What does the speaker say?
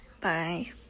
Bye